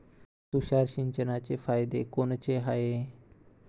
तुषार सिंचनाचे फायदे कोनचे हाये?